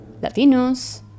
Latinos